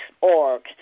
org